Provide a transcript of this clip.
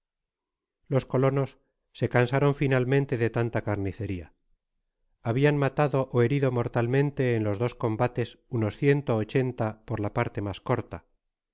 los colonos se cansaron finalmente de tanta carniceria habian matado ó herido mortalmente en los dos combates unos ciento ochenta por la parte mas corta